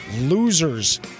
Losers